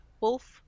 Wolf